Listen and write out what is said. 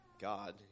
God